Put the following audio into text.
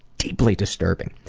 deeply disturbing.